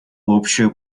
общую